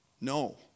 No